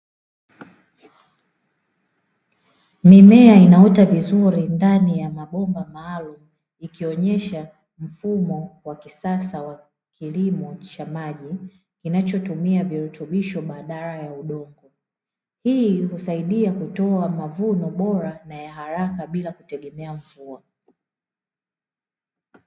Mimea inaota vizuri ndani ya mabomba maalumu, ikionyesha mfumo wa kisasa wa kilimo cha maji, kinachotumia virutubisho badala ya udongo, hii husaidia kutoa mavuno bora, na ya haraka bila ya kutegemea mvua.